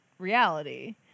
reality